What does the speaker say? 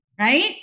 right